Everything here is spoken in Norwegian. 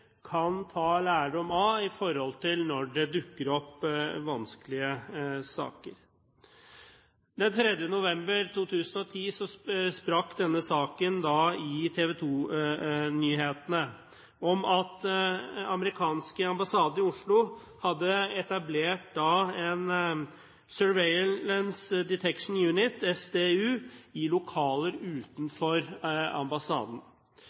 kan ta lærdom av når det dukker opp vanskelige saker. Den 3. november 2010 sprakk denne saken i TV 2-nyhetene om at den amerikanske ambassaden i Oslo hadde etablert en Surveillance Detection Unit, SDU, i lokaler utenfor ambassaden.